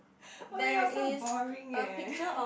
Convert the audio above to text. [oh]-my-god so boring eh